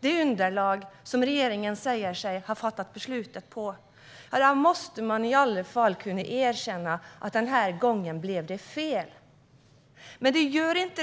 de underlag som regeringen säger sig ha fattat beslutet på måste regeringen i alla fall kunna erkänna att det denna gång blev fel. Det gör den dock inte.